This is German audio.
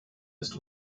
ist